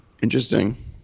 interesting